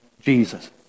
Jesus